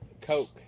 Coke